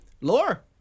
lore